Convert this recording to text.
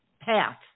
path